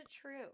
true